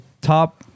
top